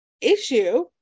issue